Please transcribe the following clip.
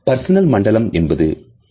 personal மண்டலம் என்பது 1